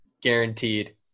guaranteed